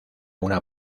una